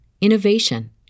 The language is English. innovation